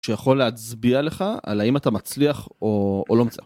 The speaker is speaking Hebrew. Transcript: שיכול להצביע לך על האם אתה מצליח או לא מצליח.